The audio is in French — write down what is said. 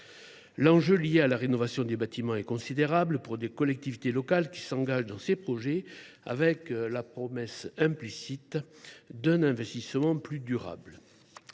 L’enjeu lié à la rénovation des bâtiments est considérable pour les collectivités locales qui s’engagent dans ces projets avec la promesse implicite d’un investissement durable.